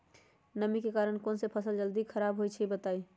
नमी के कारन कौन स फसल जल्दी खराब होई छई बताई?